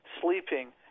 sleeping